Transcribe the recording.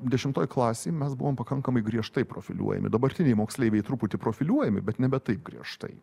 dešimtoj klasėj mes buvom pakankamai griežtai profiliuojami dabartiniai moksleiviai truputį profiliuojami bet nebe taip griežtai